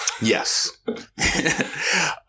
Yes